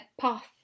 path